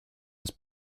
his